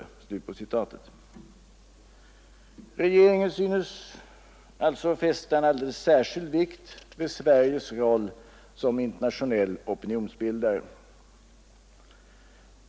Regeringen synes alltså fästa alldeles särskild vikt vid Sveriges roll som internationell opinionsbildare.